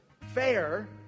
fair